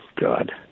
God